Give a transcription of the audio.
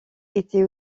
était